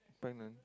pregnant